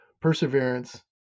perseverance